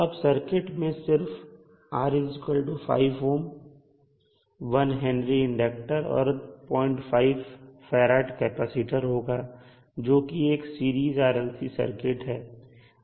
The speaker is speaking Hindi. अब सर्किट में सिर्फ R5 ohm 1 H इंडक्टर और 05 F कैपेसिटर होगा जो कि एक सीरीज RLC सर्किट है